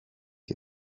και